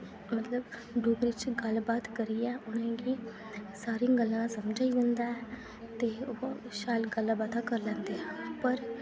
मतलब डोगरी च गल्ल बात करियै उ'नें गी सारियां गल्लां समझ आई जंदी ऐ ते शैल गल्लां बातां करी लैंदे ऐ पर